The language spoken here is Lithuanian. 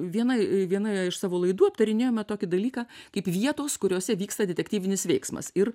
vienai vienoje iš savo laidų aptarinėjome tokį dalyką kaip vietos kuriose vyksta detektyvinis veiksmas ir